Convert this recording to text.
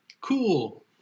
cool